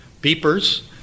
beepers